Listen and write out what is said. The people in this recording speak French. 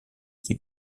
qui